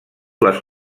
les